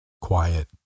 quiet